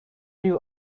you